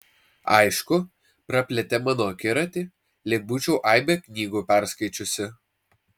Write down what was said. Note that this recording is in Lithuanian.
aišku praplėtė mano akiratį lyg būčiau aibę knygų perskaičiusi